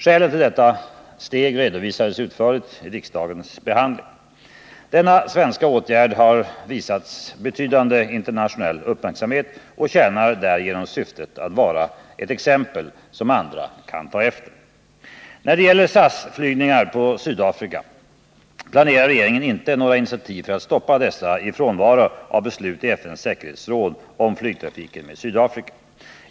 Skälen till detta steg redovisades utförligt vid riksdagsbehandlingen. Denna svenska åtgärd har visats betydande internationell uppmärksamhet och tjänar därigenom syftet att vara ett exempel som andra kan ta efter. När det gäller SAS flygningar på Sydafrika planerar regeringen inte något initiativ för att stoppa dessa i frånvaro av ett beslut i FN:s säkerhetsråd om flygtrafiken med Sydafrika.